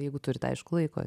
jeigu turite aišku laiko